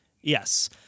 Yes